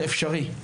זה אפשרי.